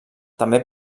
també